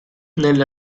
nella